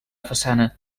façana